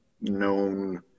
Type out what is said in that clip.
known